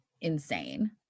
insane